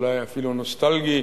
אולי אפילו נוסטלגי.